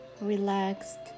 relaxed